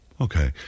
Okay